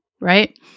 right